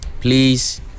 please